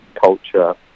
Culture